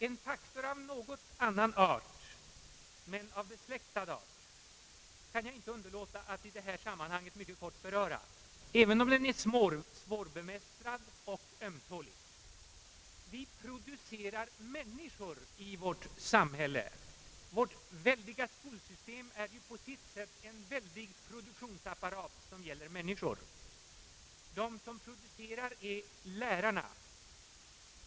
En faktor av något annan men dock besläktad art kan jag inte underlåta att i detta sammanhang mycket kortfattat beröra, även om den är svårbemästrad och ömtålig. Vi producerar människor i vårt samhälle. Vårt omfattande skolsystem är ju på sitt sätt en väldig produktionsapparat som gäller människor. De som producerar är lärarna.